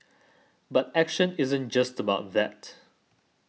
but action isn't just about that